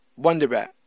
Wonderbat